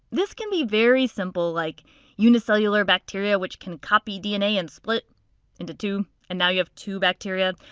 this can be very simple, like unicellular bacteria which can copy dna and split into two and now you have two bacteria.